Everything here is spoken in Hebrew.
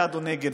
בעד או נגד,